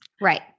Right